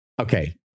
Okay